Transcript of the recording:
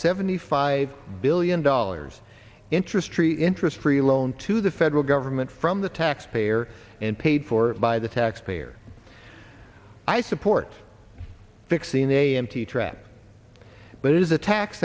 seventy five billion dollars interest tree interest free loan to the federal government from the taxpayer and paid for by the taxpayer i support fixing the a m t trap but it is a tax